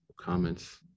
comments